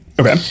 Okay